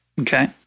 Okay